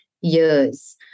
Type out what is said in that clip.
years